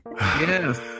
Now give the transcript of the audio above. yes